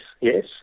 yes